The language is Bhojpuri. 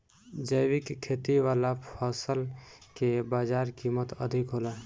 जैविक खेती वाला फसल के बाजार कीमत अधिक होला